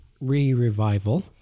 re-revival